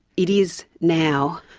it is now,